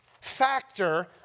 factor